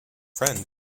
friend